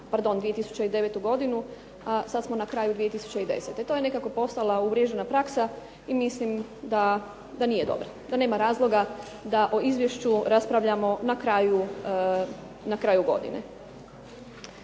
pardon 2009. godinu, a sad smo na kraju 2010. To je nekako postala uvriježena praksa i mislim da nije dobra. Da nema razloga da o izvješću raspravljamo na kraju godine.